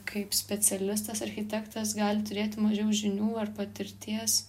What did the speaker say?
kaip specialistas architektas gali turėti mažiau žinių ar patirties